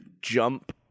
jump